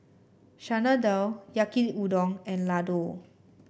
Chana Dal Yaki Udon and Ladoo